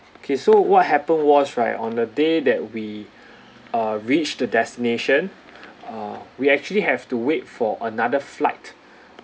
okay so what happened was right on the day that we uh reached the destination uh we actually have to wait for another flight